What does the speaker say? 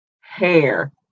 hair